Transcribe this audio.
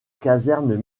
casernes